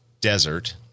desert